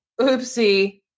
oopsie